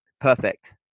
perfect